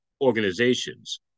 organizations